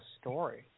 story